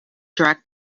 track